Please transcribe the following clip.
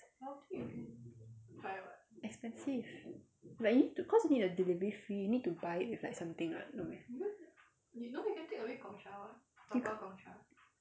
expensive like you need to cause you need the delivery free you need to buy with like something [what] no meh